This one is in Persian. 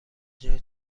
جای